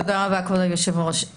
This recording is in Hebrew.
תודה רבה, כבוד היושב-ראש.